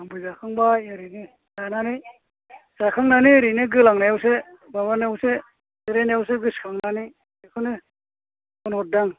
आंबो जाखांबाय ओरैनो जाखांनानै ओरैनो गोलांनायावसो माबानायावसो जिरायनायावसो गोसोखांनानै बेखौनो फन हरदों आं